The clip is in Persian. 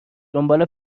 دنبال